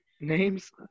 names